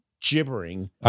Gibbering